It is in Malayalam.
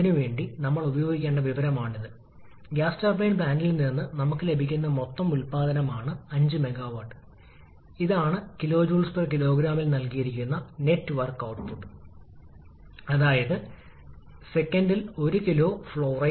രണ്ടിൽ കൂടുതൽ ഘട്ടങ്ങളുണ്ടെങ്കിൽ രണ്ടിനുപകരം നിരവധി ഘട്ടങ്ങളിലേക്കാണ് നമ്മൾ പോകുന്നതെങ്കിൽ വീണ്ടും അതേ തത്ത്വം ബാധകമാണ്